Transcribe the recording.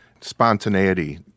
spontaneity